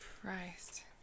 Christ